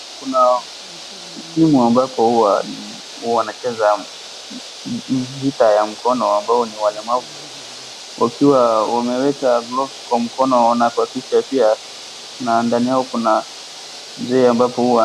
Kuna timu ambapo huwa ni wanacheza vita ya mkono ambao ni walemavu wakiwa wameweka gloves kwa mkono na kwa kichwa pia na ndani yao kuna mzee ambapo huwa.